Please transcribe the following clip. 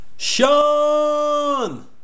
Sean